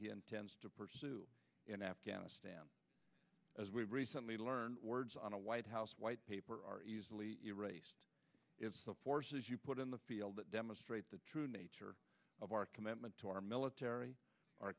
he intends to pursue in afghanistan as we've recently learned words on a white house white paper are easily erased the forces you put in the field that demonstrate the true nature of our commitment to our military our